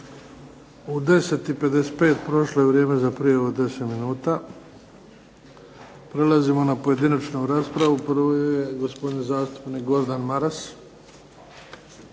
U 10,55 prošlo je vrijeme za prijavu od 10 minuta. Prelazimo na pojedinačnu raspravu. Prvi je gospodin zastupnik Gordan Maras.